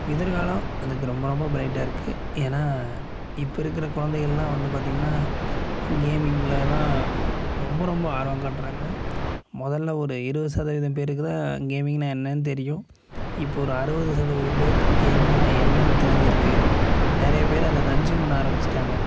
எதிர்காலம் அதுக்கு ரொம்ப ரொம்ப பிரைட்டாக இருக்குது ஏன்னா இப்போது இருக்கிற குழந்தைகள்லாம் வந்து பார்த்தீங்கன்னா கேமிங்கில தான் ரொம்ப ரொம்ப ஆர்வம் காட்டுறாங்க முதல்ல ஒரு இருபது சதவீதம் பேருக்கு தான் கேமிங்னால் என்னன்னு தெரியும் இப்போது ஒரு அறுபது சதவீதம் பேருக்கு கேமிங்னால் என்னன்னு தெரிஞ்சிருக்கு நிறைய பேர் அதை கன்ஸ்யூம் பண்ண ஆரம்பிச்சிட்டாங்க